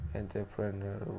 entrepreneur